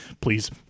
please